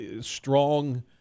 strong